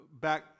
Back